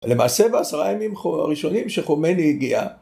למעשה בעשרה הימים הראשונים שחומני הגיע.